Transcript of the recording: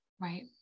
right